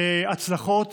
להצלחות